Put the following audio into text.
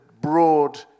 broad